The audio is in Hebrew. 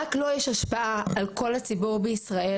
רק לו יש השפעה על כל הציבור בישראל.